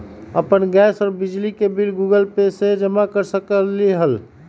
अपन गैस और बिजली के बिल गूगल पे से जमा कर सकलीहल?